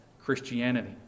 Christianity